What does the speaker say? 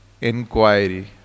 inquiry